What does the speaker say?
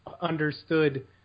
understood